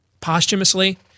posthumously